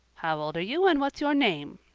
how old are you and what's your name?